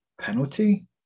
penalty